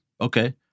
Okay